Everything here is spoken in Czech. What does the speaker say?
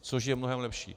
Což je mnohem lepší.